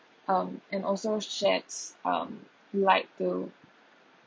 um and also sheds um light to